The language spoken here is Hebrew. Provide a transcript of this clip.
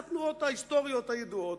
זה התנועות ההיסטוריות הידועות.